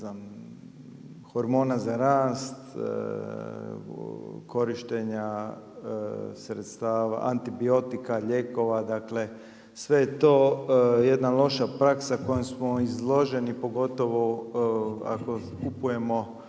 hormona za rast, korištenja sredstava antibiotika, lijekova dakle, sve to je jedna loša praksa kojom smo izloženi pogotovo ako kupujemo